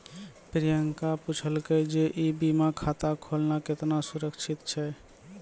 प्रियंका पुछलकै जे ई बीमा खाता खोलना केतना सुरक्षित छै?